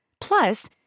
Plus